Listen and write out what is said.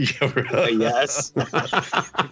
yes